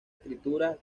escrituras